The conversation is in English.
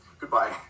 Goodbye